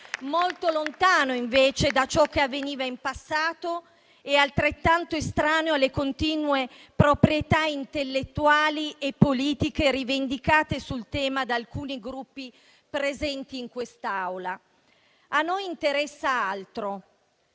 Molto lontano, invece, da ciò che avveniva in passato e altrettanto estraneo alle continue proprietà intellettuali e politiche rivendicate sul tema da alcuni Gruppi presenti in quest'Aula. A noi interessa altro.